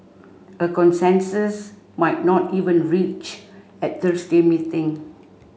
a consensus might not even reached at Thursday meeting